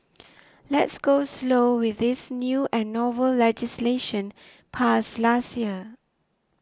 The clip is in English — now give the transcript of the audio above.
let's go slow with this new and novel legislation passed last year